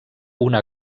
una